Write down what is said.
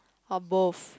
or both